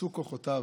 אפסו כוחותיו,